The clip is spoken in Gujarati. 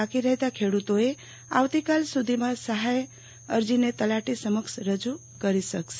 બાકી રહેતા ખેડુતોએ આવતી કાલ સુધીમાં સહાય અરજીને તલાટી સમક્ષ રજુ કરી શકશે